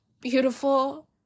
beautiful